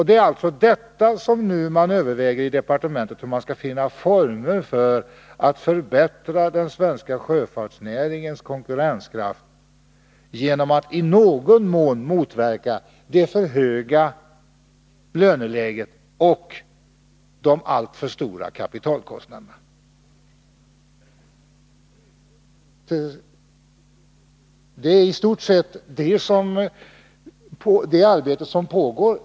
Det är alltså detta som man nu överväger i departementet, där man försöker finna lämpliga former för att förbättra den svenska sjöfartsnäringens konkurrenskraft genom att i någon mån motverka det alltför höga löneläget och de alltför stora kapitalkostnaderna. Detta är i stort sett det arbete som pågått.